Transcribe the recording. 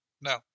No